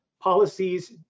policies